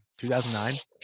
2009